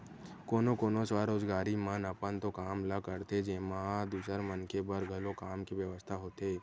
कोनो कोनो स्वरोजगारी मन अपन तो काम ल करथे जेमा दूसर मनखे बर घलो काम के बेवस्था होथे